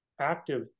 active